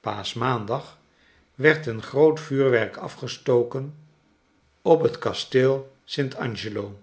paaschmaandag werd er een groot vuurwerk afgestoken op het kasteel st angelo